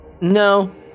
No